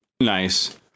Nice